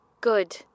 Good